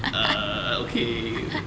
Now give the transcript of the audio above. err okay